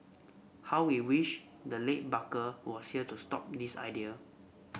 how we wish the late barker was here to stop this idea